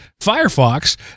firefox